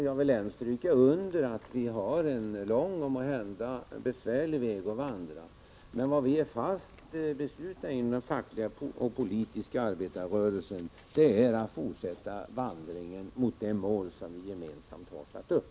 Jag vill stryka under att vi här har en lång och måhända besvärlig väg att vandra, men inom den fackliga och politiska arbetarrörelsen är vi fast beslutna att fortsätta vandringen mot det mål som vi gemensamt har satt upp.